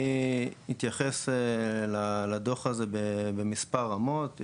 אני אתייחס לדוח הזה במספר רמות.